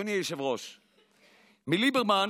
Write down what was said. אדוני היושב-ראש, מליברמן